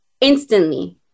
instantly